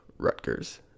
Rutgers